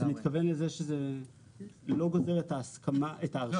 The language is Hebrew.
אתה מתכוון לזה שזה לא גוזר את ההרשאה.